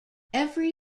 every